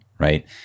right